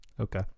Okay